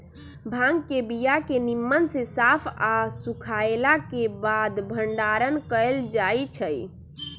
भांग के बीया के निम्मन से साफ आऽ सुखएला के बाद भंडारण कएल जाइ छइ